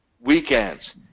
weekends